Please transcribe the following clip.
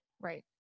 right